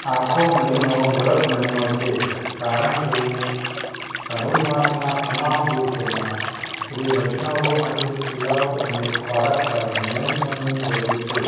આખો મહિનો વ્રત મહિનો છે કારણ કે ધનુર્માસના તમામ દિવસોમાં શ્રી વૈષ્ણવો માટે ક્રિયાઓ અને ખોરાક પર નિયંત્રણની જરૂર છે